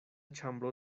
ĉambro